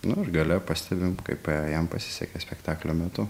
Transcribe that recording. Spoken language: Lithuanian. nu ir gale pastebim kaip jam pasisekė spektaklio metu